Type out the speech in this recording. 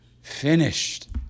finished